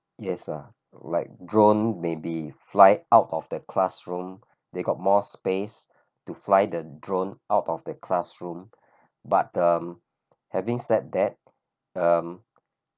yes uh like drone maybe fly out of the classroom they got more space to fly the drone out of the classroom but um having said that um